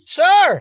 sir